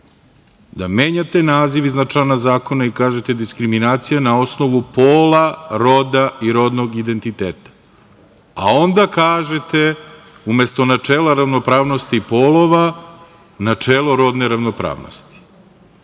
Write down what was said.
da menjate naziv iznad člana zakona i kažete - diskriminacija na osnovu pola, roda i rodnog identiteta, a onda kažete – umesto načela ravnopravnosti polova, načelo rodne ravnopravnosti. Ja